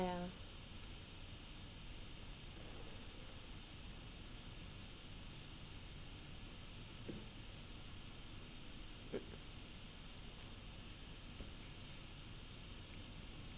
ya